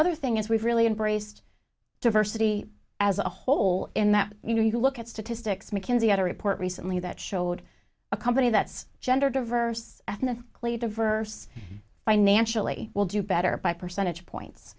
other thing is we've really embraced diversity as a whole in that you know you look at statistics mckinsey had a report recently that showed a company that's gender diverse ethnic clay diverse financially will do better by percentage